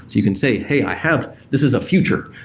you can say, hey, i have this is a future.